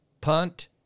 punt